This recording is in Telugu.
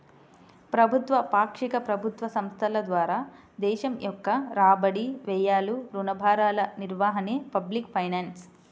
ప్రభుత్వ, పాక్షిక ప్రభుత్వ సంస్థల ద్వారా దేశం యొక్క రాబడి, వ్యయాలు, రుణ భారాల నిర్వహణే పబ్లిక్ ఫైనాన్స్